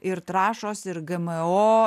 ir trąšos ir gmo